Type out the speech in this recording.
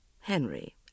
Henry